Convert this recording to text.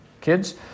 kids